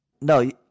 no